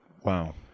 Wow